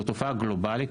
זאת תופעה גלובלית,